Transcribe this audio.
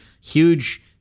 huge